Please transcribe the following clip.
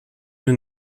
nous